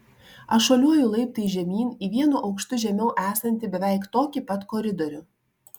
aš šuoliuoju laiptais žemyn į vienu aukštu žemiau esantį beveik tokį pat koridorių